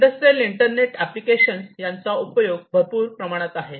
industrial internet applications यांचा उपयोग भरपूर प्रमाणात आहे